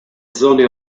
zone